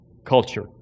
Culture